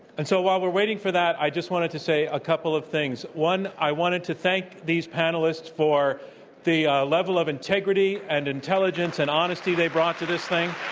and so while we're waiting for that, i just wanted to say a couple of things. one, i wanted to thank these panelists for the level of integrity and intelligence and honesty they brought to this thing.